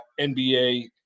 NBA